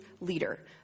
leader